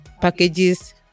packages